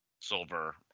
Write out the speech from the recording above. silver